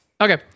Okay